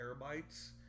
terabytes